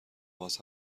باز